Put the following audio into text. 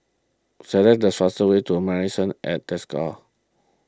select the fastest way to Marrison at Desker